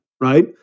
right